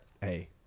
Hey